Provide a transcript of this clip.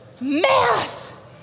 Math